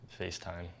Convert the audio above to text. facetime